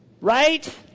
right